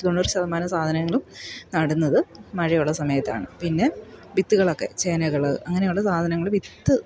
തൊണ്ണൂറ് ശതമാനം സാധനങ്ങളും നടുന്നത് മഴയുള്ള സമയത്താണ് പിന്നെ വിത്തുകളൊക്കെ ചേനകൾ അങ്ങനെയുള്ള സാധനങ്ങൾ വിത്ത്